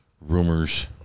Rumors